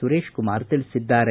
ಸುರೇಶ್ ಕುಮಾರ್ ತಿಳಿಸಿದ್ದಾರೆ